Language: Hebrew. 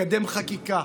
לקדם חקיקה